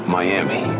Miami